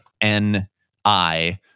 N-I